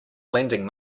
lending